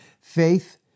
faith